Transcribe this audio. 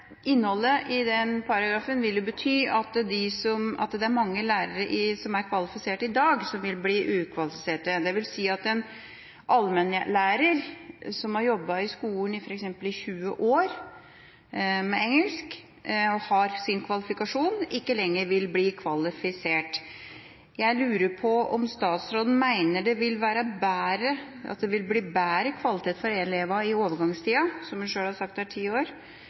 innholdet i den paragrafen vil bety at det er mange lærere som er kvalifisert i dag, som vil bli ukvalifiserte. Det vil si at en allmennlærer som har jobbet i skolen i f.eks. 20 år med engelsk og har sin kvalifikasjon, ikke lenger vil være kvalifisert. Jeg lurer på om statsråden mener det vil bli bedre kvalitet for elevene i overgangstida, som han sjøl har sagt er ti år,